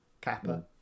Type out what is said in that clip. Kappa